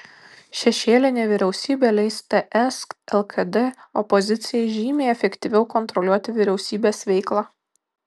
šešėlinė vyriausybė leis ts lkd opozicijai žymiai efektyviau kontroliuoti vyriausybės veiklą